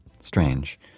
Strange